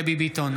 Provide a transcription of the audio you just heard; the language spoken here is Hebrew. דבי ביטון,